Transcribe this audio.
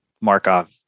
Markov